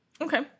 Okay